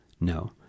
No